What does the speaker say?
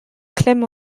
klemm